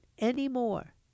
anymore